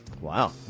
wow